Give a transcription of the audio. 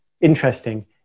interesting